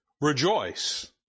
rejoice